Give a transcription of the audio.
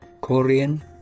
Korean